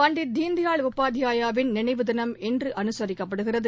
பண்டிட் தீன்தயாள் உபாத்யாயாவின் நினைவு தினம் இன்றுஅனுசரிக்கப்படுகிறது